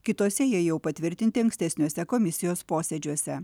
kitose jie jau patvirtinti ankstesniuose komisijos posėdžiuose